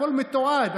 הכול מתועד,